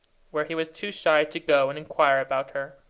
where he was too shy to go and inquire about her.